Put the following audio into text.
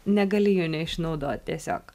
negali jų neišnaudot tiesiog